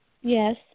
Yes